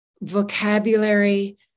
vocabulary